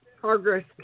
progress